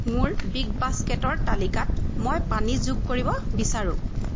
মোৰ বিগবাস্কেটৰ তালিকাত মই পানী যোগ কৰিব বিচাৰোঁ